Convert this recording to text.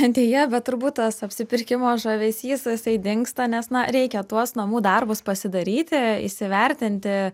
deja bet turbūt tas apsipirkimo žavesys jisai dingsta nes na reikia tuos namų darbus pasidaryti įsivertinti